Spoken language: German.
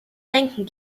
denken